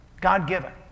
God-given